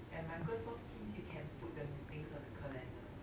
and Microsoft teams you can put the meetings on the calendar